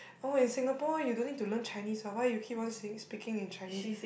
oh in Singapore you don't need to learn Chinese what why you keep on saying speaking in Chinese